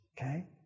Okay